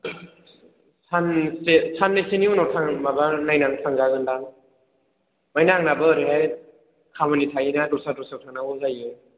सानसे साननैसोनि उनाव माबा नायनानै थांजागोन दां ओमफ्रायन आंनाबो ओरैहाय खामानि थायोना दस्रा दस्रायाव थांनांगौ जायो